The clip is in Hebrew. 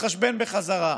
נתחשבן בחזרה.